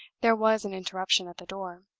there was an interruption at the door.